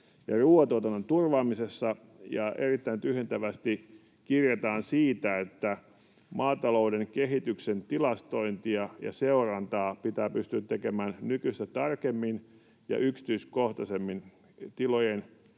ruuantuotannon turvaamisessa. Ja erittäin tyhjentävästi kirjataan siitä, että maatalouden kehityksen tilastointia ja seurantaa pitää pystyä tekemään nykyistä tarkemmin ja yksityiskohtaisemmin tilojen